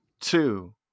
two